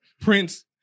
Prince